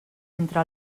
entre